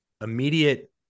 immediate